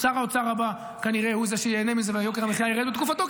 ושר האוצר הבא כנראה הוא זה שייהנה מזה ויוקר המחיה ירד בתקופתו,